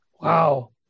Wow